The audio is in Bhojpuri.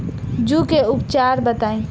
जूं के उपचार बताई?